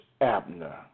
Abner